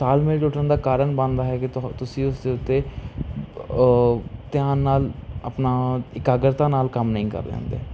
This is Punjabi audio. ਤਾਲਮੇਲ ਟੁੱਟਣ ਦਾ ਕਾਰਨ ਬਣਦਾ ਹੈ ਕਿ ਤ ਤੁਸੀਂ ਉਸ ਦੇ ਉੱਤੇ ਧਿਆਨ ਨਾਲ ਆਪਣਾ ਇਕਾਗਰਤਾ ਨਾਲ ਕੰਮ ਨਹੀਂ ਕਰਦੇ ਹੁੰਦੇ